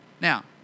Now